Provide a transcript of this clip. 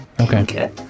Okay